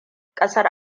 ƙasar